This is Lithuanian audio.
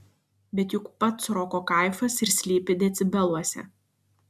bet juk pats roko kaifas ir slypi decibeluose